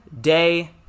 day